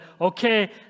okay